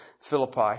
Philippi